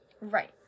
right